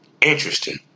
interesting